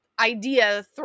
idea